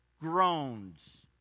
groans